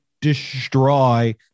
destroy